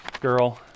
girl